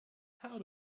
how